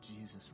Jesus